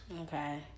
Okay